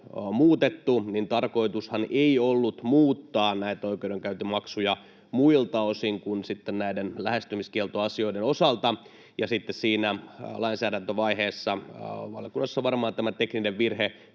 muutettu, niin tarkoitushan ei ollut muuttaa näitä oikeudenkäyntimaksuja muilta osin kuin näiden lähestymiskieltoasioiden osalta, ja sitten siinä lainsäädäntövaiheessa valiokunnassa on varmaan tämä tekninen virhe